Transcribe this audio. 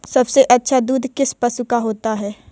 सबसे अच्छा दूध किस पशु का होता है?